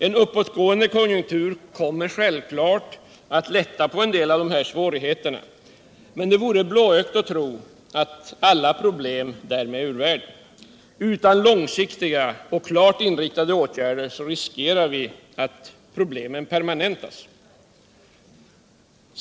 En uppåtgående konjunktur kommer självklart att lätta på en del av dessa svårigheter, men det vore blåögt att tro att alla problem därmed är ur världen. Utan långsiktiga, klart inriktade åtgärder riskerar vi att problemen permanentas.